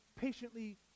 patiently